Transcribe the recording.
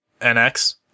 NX